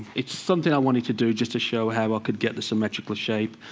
it's something i wanted to do just to show how i could get the symmetrical shape.